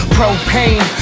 Propane